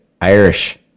Irish